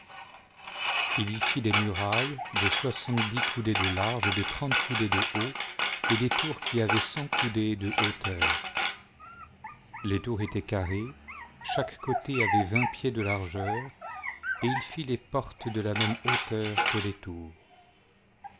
fit des murailles de soixante-dix coudées de large et de trente coudées de haut et des tours qui avaient cent coudées de hauteur les tours étaient carrées chaque côté avait vingt pieds de largeur et il fit les portes de la même hauteur que les tours